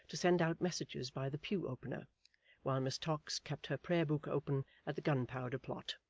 to send out messages by the pew-opener while miss tox kept her prayer-book open at the gunpowder plot,